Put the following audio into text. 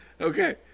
Okay